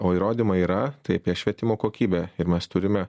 o įrodymai yra tai apie švietimo kokybę ir mes turime